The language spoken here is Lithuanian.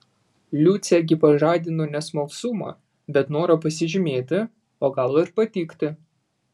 liucė gi pažadino ne smalsumą bet norą pasižymėti o gal ir patikti